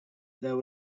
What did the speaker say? there